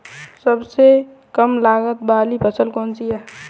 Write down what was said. सबसे कम लागत वाली फसल कौन सी है?